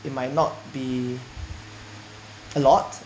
it might not be a lot